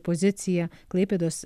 pozicija klaipėdos